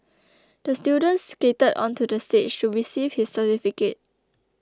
the student skated onto the stage to receive his certificate